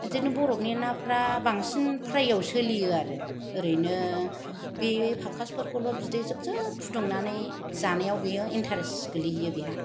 बिदिनो बरफनि नाफोरा बांसिन फ्रायाव सोलियो आरो ओरैनो बे फांखासफोरखौल' बिदै जेब जेब होनानै फुदुंनानै जानायाव एनथारेस गोलैहैयो बेहा